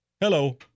Hello